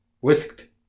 Whisked